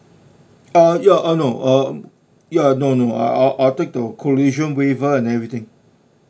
uh ya oh no uh ya no no I'll I'll take the uh collision waiver and everything